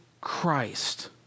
Christ